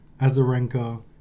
Azarenka